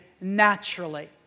naturally